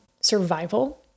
survival